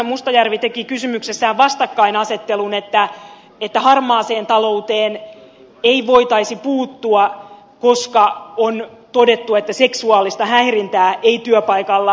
mustajärvi teki kysymyksessään vastakkainasettelun että harmaaseen talouteen ei voitaisi puuttua koska on todettu että seksuaalista häirintää ei työpaikalla suvaita